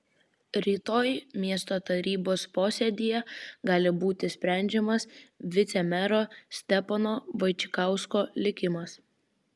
rytoj miesto tarybos posėdyje gali būti sprendžiamas vicemero stepono vaičikausko likimas